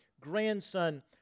grandson